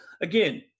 again